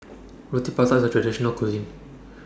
Roti Prata IS A Traditional Cuisine